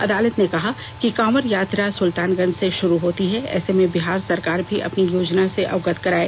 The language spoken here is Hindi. अदालत ने कहा कि कांवर यात्रा सुलतानगंज से शुरू होती है ऐसे में बिहार सरकार भी अपनी योजना से अवगत कराए